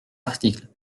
article